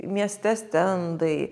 mieste stendai